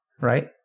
Right